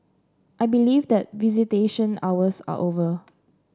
I believe that visitation hours are over